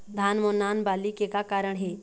धान म नान बाली के का कारण हे?